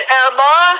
emma